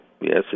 yes